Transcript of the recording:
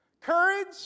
Courage